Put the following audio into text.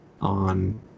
on